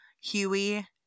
Huey